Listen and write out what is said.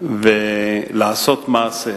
ולעשות מעשה.